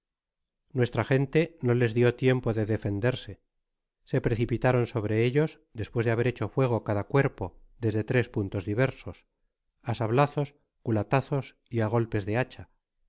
nuestra gente no les dio tiempo de defenderse se precipitaron sobre ellos despues de haber hecho fuego cada cuerpo desde tres puntos diversos á sablazos culatazos y á golpes de hapha